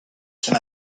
can